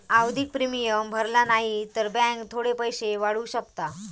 आवधिक प्रिमियम भरला न्हाई तर बॅन्क थोडे पैशे वाढवू शकता